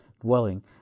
dwelling